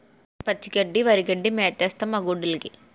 పచ్చి గడ్డి వరిగడ్డి మేతేస్తన్నం మాగొడ్డ్లుకి